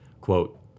Quote